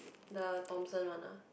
the Thomson one ah